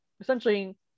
Essentially